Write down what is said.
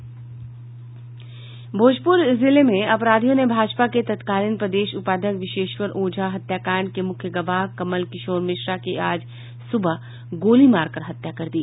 भोजपूर जिले में अपराधियों ने भाजपा के तत्कालीन प्रदेश उपाध्यक्ष विशेश्वर ओझा हत्याकांड के मुख्य गवाह कमल किशोर मिश्रा की आज सुबह गोली मारकर हत्या कर दी